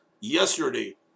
yesterday